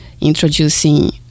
introducing